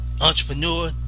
entrepreneur